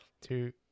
two